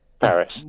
Paris